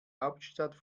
hauptstadt